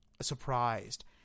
surprised